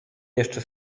jeszcze